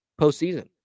postseason